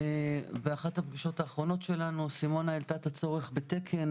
באחת הפגישות האחרונות שלנו סימונה העלתה את הצורך בתקן.